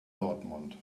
dortmund